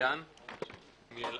רק